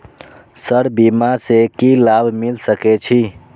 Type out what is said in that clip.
Sir बीमा से की लाभ मिल सके छी?